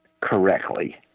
correctly